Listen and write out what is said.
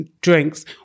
drinks